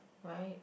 right